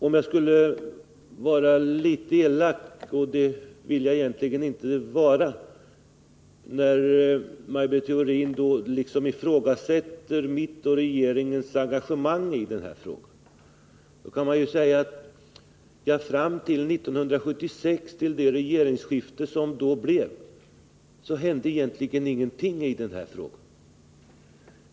När Maj Britt Theorin ifrågasätter mitt och regeringens engagemang i denna fråga skulle jag kunna vara litet elak, vilket jag egentligen inte vill vara, och säga att fram till 1976, när det blev regeringsskifte, hände ingenting i denna fråga.